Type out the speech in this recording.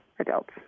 Adults